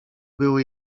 były